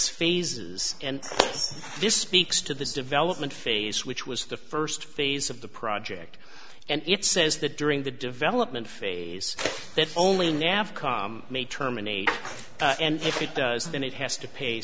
phases and this speaks to the development phase which was the first phase of the project and it says that during the development phase that only nav may terminate and if it does then it has to pay